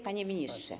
Panie Ministrze!